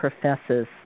professes